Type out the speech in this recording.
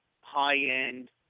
high-end